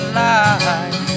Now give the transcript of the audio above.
light